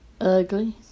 ugly